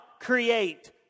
create